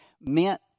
meant